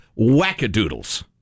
wackadoodles